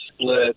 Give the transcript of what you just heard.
split